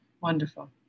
wonderful